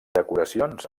decoracions